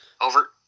Over